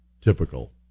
typical